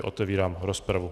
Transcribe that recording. Otevírám rozpravu.